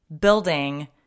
building